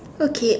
okay